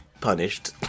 punished